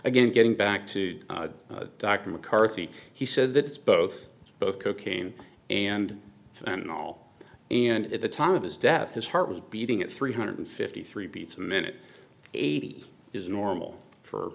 again getting back to dr mccarthy he said that it's both both cocaine and and all and at the time of his death his heart was beating at three hundred fifty three beats a minute eighty is normal for